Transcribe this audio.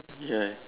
ya